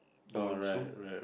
bone soup